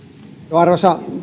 arvoisa